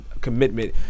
commitment